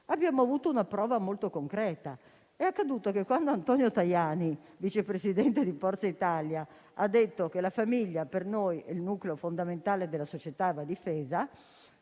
abbiamo avuto una prova molto concreta. È accaduto che Antonio Tajani, vice presidente di Forza Italia, ha detto che la famiglia per noi è il nucleo fondamentale della società, che va difesa